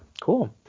Cool